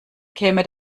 käme